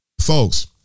folks